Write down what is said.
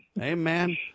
Amen